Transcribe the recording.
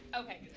Okay